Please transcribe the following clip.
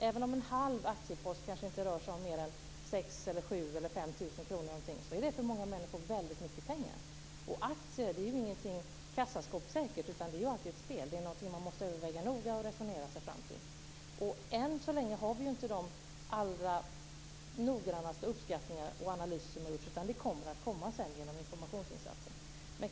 Även om en halv aktiepost kanske inte rör sig om mer än 5 000, 6 000 eller 7 000 kr är det väldigt mycket pengar för många människor. Aktier är ingenting som är kassaskåpssäkert, utan det är alltid ett spel - någonting man måste överväga noga och resonera sig fram till. Än så länge har vi inte de allra mest noggranna uppskattningarna och analyserna, utan de kommer genom informationsinsatser senare.